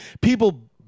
People